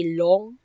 long